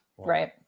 right